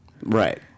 Right